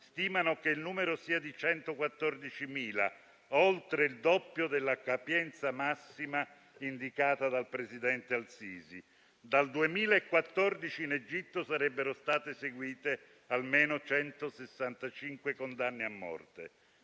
stimano che il numero sia di 114.000, oltre il doppio della capienza massima indicata dal presidente al-Sisi. Dal 2014 in Egitto sarebbero state eseguite almeno 165 condanne a morte.